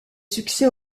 succès